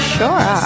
sure